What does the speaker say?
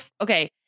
okay